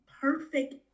perfect